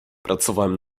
pracowałem